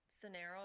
scenario